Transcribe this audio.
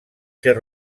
ser